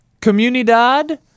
comunidad